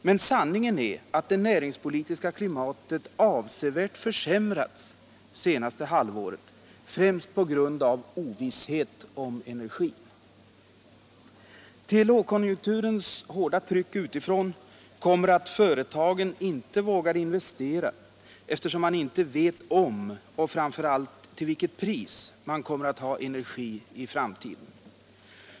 Men sanningen är att det näringspolitiska klimatet avsevärt försämrats på grund av ovisshet om energin under det senaste halvåret. Till lågkonjunkturens hårda tryck utifrån kommer att företagen inte vågar investera, eftersom man inte vet om och framför allt till vilket pris man kommer att ha energi i framtiden.